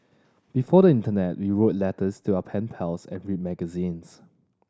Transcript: before the internet we wrote letters to our pen pals and read magazines